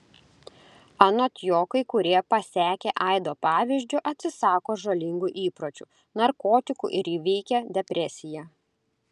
anot jo kai kurie pasekę aido pavyzdžiu atsisako žalingų įpročių narkotikų ir įveikia depresiją